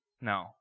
No